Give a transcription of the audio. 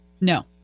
No